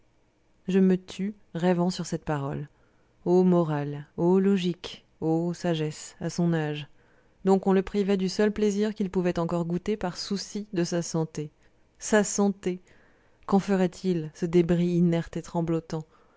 je me tus rêvant sur cette parole o morale ô logique ô sagesse a son âge donc on le privait du seul plaisir qu'il pouvait encore goûter par souci de sa santé sa santé qu'en ferait-il ce débris inerte et tremblotant